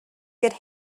could